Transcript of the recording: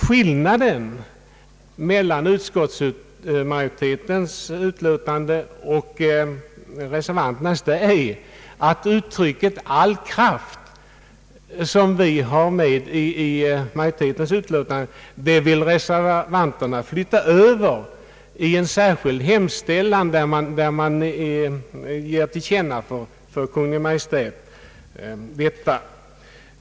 Skillnaden mellan utskottsmajoritetens utlåtande och reservanternas är att uttrycket »med all kraft», som vi har med i majoritetens utlåtande, vill reservanterna flytta över i en särskild hemställan där man ger till känna detta för Kungl. Maj:t.